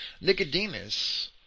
Nicodemus